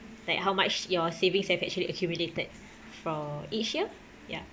like how much your savings have actually accumulated from each year ya